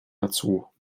dazu